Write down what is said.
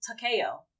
Takeo